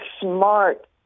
smart